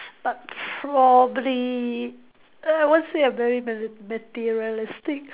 but probably err I won't say a very mate~ materialistic